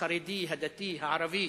החרדי, הדתי, הערבי,